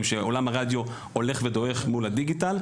שעולם הרדיו הולך ודועך מול הדיגיטל.